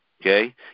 Okay